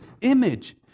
image